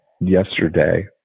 yesterday